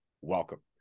welcome